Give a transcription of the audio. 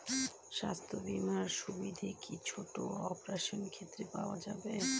স্বাস্থ্য বীমার সুবিধে কি ছোট অপারেশনের ক্ষেত্রে পাওয়া যাবে?